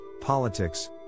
politics